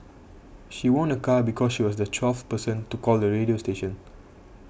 she won a car because she was the twelfth person to call the radio station